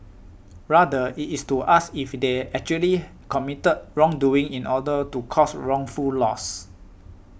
rather it is to ask if they actually committed wrong doing in order to cause wrongful loss